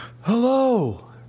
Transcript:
Hello